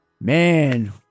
Man-